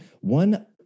One